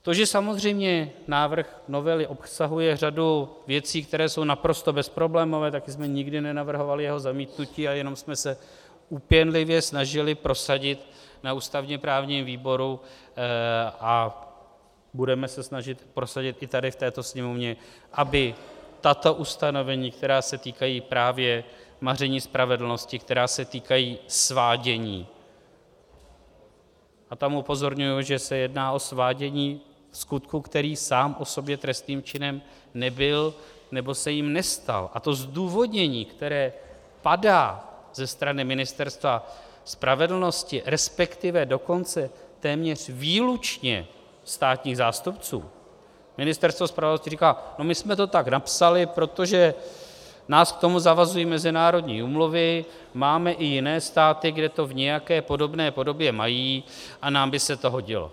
To, že samozřejmě návrh novely obsahuje řadu věcí, které jsou naprosto bezproblémové, také jsme nikdy nenavrhovali jeho zamítnutí, jenom jsme se úpěnlivě snažili prosadit na ústavněprávním výboru a budeme se snažit prosadit i tady v této Sněmovně, aby tato ustanovení, která se týkají právě maření spravedlnosti, která se týkají svádění a tam upozorňuji, že se jedná o svádění ke skutku, který sám o sobě trestným činem nebyl nebo se jím nestal, a to zdůvodnění, které padá ze strany Ministerstva spravedlnosti, resp. dokonce téměř výlučně státních zástupců Ministerstvo spravedlnosti říká: No my jsme to tak napsali, protože nás k tomu zavazují mezinárodní úmluvy, máme i jiné státy, kde to v nějaké jiné podobě mají, a nám by se to hodilo.